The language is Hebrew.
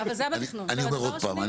אני אומר עוד פעם,